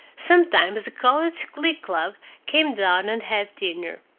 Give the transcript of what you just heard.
sometimes the college glee-club came down and had dinner.